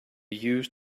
used